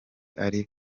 ari